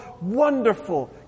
Wonderful